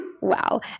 Wow